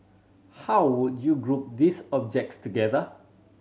how would you group these objects together